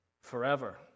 forever